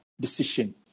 decision